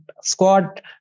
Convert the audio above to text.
squad